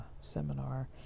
seminar